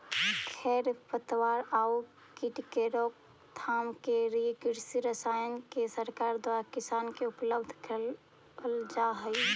खेर पतवार आउ कीट के रोकथाम के लिए कृषि रसायन के सरकार द्वारा किसान के उपलब्ध करवल जा हई